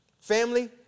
Family